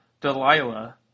Delilah